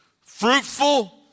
Fruitful